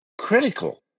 critical